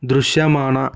దృశ్యమాన